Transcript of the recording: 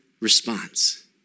response